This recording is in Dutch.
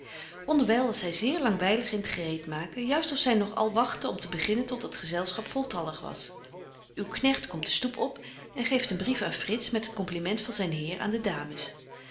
was zy zeer langwylig in het gereed maken juist of zy nog al wagtte om te beginnen tot het gezelschap voltallig was uw knegt komt de stoep op en geeft een brief aan frits met het compliment van zyn heer aan de dames